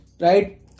right